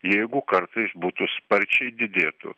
jeigu kartais būtų sparčiai didėtų